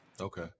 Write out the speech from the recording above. okay